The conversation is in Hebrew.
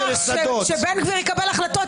כשבן גביר יקבל החלטות,